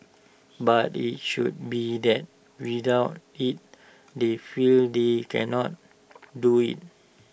but IT should be that without IT they feel they cannot do IT